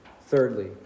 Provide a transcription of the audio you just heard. thirdly